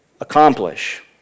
accomplish